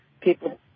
people